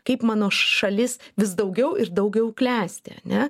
kaip mano šalis vis daugiau ir daugiau klesti ane